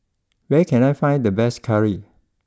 where can I find the best Curry